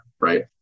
right